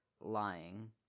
lying